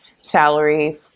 salary